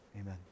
Amen